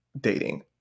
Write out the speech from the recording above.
dating